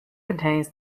contains